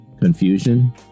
confusion